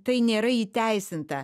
tai nėra įteisinta